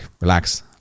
relax